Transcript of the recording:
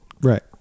Right